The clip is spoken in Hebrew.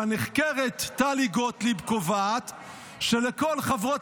שהנחקרת טלי גוטליב קובעת שלכל חברות